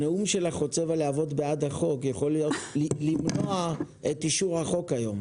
הנאום חוצב הלהבות שלך בעד החוק יכול למנוע את אישור החוק היום.